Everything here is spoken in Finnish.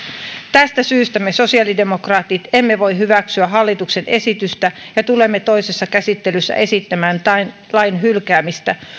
tästä syystä me sosiaalidemokraatit emme voi hyväksyä hallituksen esitystä ja tulemme toisessa käsittelyssä esittämään lain hylkäämistä